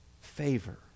favor